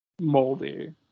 Moldy